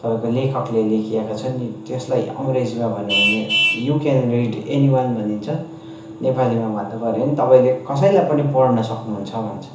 तपाईँको लेखकले लेखेका छन् त्यसलाई अङ्रग्रेजीमा भन्नु हो भने यु क्यान रिड एनिवान भनिन्छ नेपालीमा भन्नु पर्यो भने तपाईँले कसैलाई पनि पढ्नु सक्नुहुन्छ भन्छ